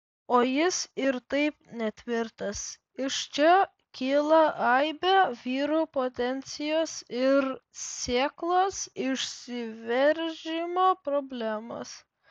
o jis ir taip netvirtas iš čia kyla aibė vyrų potencijos ir sėklos išsiveržimo problemų